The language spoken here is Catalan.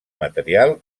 material